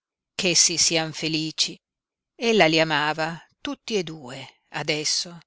sposare grixenda ch'essi sian felici ella li amava tutti e due adesso